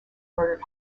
murdered